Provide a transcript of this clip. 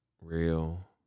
real